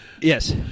Yes